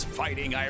fighting